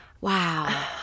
wow